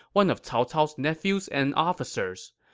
one of cao cao's nephews and officers.